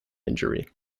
injury